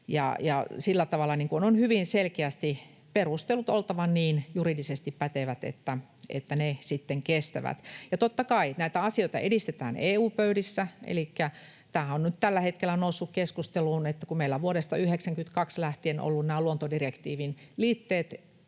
sillä tavalla on hyvin selkeästi perustelut oltava juridisesti niin pätevät, että ne sitten kestävät. Totta kai näitä asioita edistetään EU-pöydissä. Elikkä tämähän on nyt tällä hetkellä noussut keskusteluun, että kun meillä vuodesta 92 lähtien ovat olleet nämä luontodirektiivin liitteet